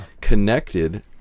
connected